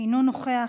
אינו נוכח,